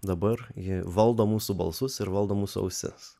dabar ji valdo mūsų balsus ir valdo mūsų ausis